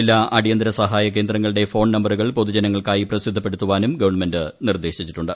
ജില്ലാ അടിയന്തര സഹായ കേന്ദ്രങ്ങളുടെ ഫോൺ നമ്പരുകൾ പൊതുജനങ്ങൾക്കായി പ്രസിദ്ധപ്പെടുത്തുവാനും ഗവൺമെന്റ് നിർദ്ദേശിച്ചിട്ടുണ്ട്